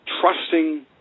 trusting